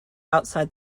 outside